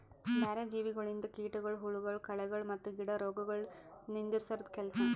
ಬ್ಯಾರೆ ಜೀವಿಗೊಳಿಂದ್ ಕೀಟಗೊಳ್, ಹುಳಗೊಳ್, ಕಳೆಗೊಳ್ ಮತ್ತ್ ಗಿಡ ರೋಗಗೊಳ್ ನಿಂದುರ್ಸದ್ ಕೆಲಸ